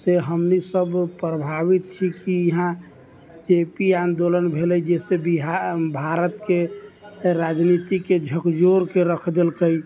से हमनि सब प्रभावित छी कि यहाँ जे पी आन्दोलन भेलै जाहिसँ बिहार भारतके राजनीतिके झकझोरके रखि देलकै